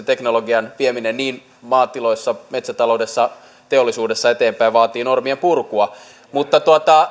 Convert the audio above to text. teknologian vieminen niin maatiloilla metsätaloudessa kuin teollisuudessa eteenpäin vaatii normien purkua mutta